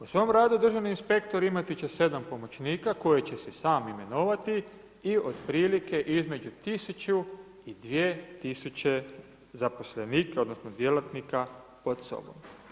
U svom radu državni inspektor imati će 7 pomoćnika koje će si sam imenovati i otprilike između 1000 i 2000 zaposlenika, odnosno djelatnika pod sobom.